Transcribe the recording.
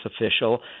official